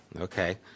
Okay